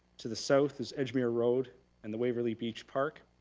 to the south is edgemere road and the waverly beach park.